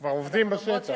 כבר עובדים בשטח.